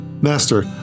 Master